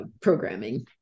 programming